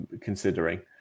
considering